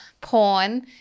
porn